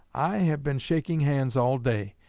i have been shaking hands all day,